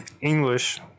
English